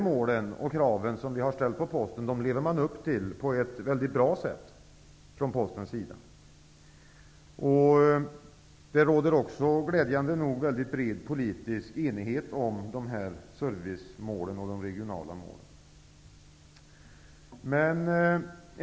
De krav som vi har ställt på Posten lever Posten upp till på ett väldigt bra sätt. Det råder också glädjande nog bred politisk enighet om servicemålen och de regionala målen.